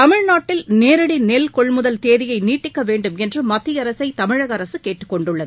தமிழ்நாட்டில் நேரடி நெல் கொள்முதல் தேதியை நீட்டிக்க வேண்டுமென்று மத்திய அரசை தமிழக அரசு கேட்டுக் கொண்டுள்ளது